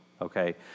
Okay